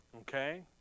okay